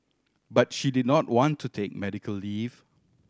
but she did not want to take medical leave